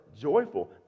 joyful